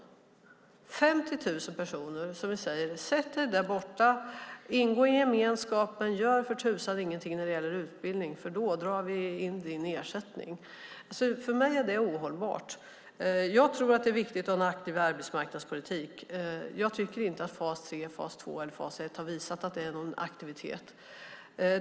Till dessa 50 000 personer säger vi: Sätt dig där borta, ingå i gemenskapen, men gör för tusan ingenting när det gäller utbildning för då drar vi in din ersättning! För mig är det ohållbart. Jag tror att det är viktigt att ha en aktiv arbetsmarknadspolitik. Jag tycker inte att fas 3, fas 2 eller fas 1 har visat på någon aktivitet.